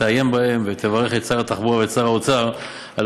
תעיין בזה ותברך את שר התחבורה ושר האוצר על